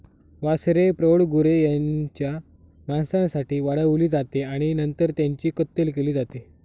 वासरे प्रौढ गुरे त्यांच्या मांसासाठी वाढवली जाते आणि नंतर त्यांची कत्तल केली जाते